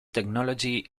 technology